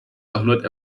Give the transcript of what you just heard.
jahrhundert